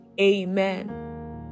amen